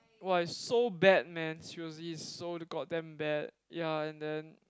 !wah! it's so bad man seriously is so the god damn bad ya and then